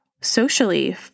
socially